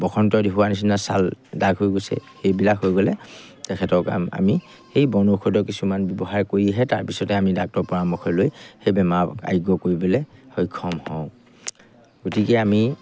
বসন্ত দি হোৱাৰ নিচিনা ছাল দাগ হৈ গৈছে সেইবিলাক হৈ গ'লে তেখেতক আমি সেই বন ঔষধৰ কিছুমান ব্যৱহাৰ কৰিহে তাৰপিছতে আমি ডাক্টৰৰ পৰামৰ্শ লৈ সেই বেমাৰ আয় কৰিবলৈ সক্ষম হওঁ গতিকে আমি